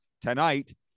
tonight